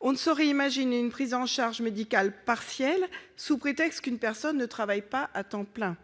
On ne saurait imaginer une prise en charge médicale partielle sous prétexte qu'une personne ne travaille pas à temps plein.